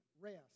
rest